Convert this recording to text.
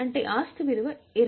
అంటే ఆస్తి విలువ రూ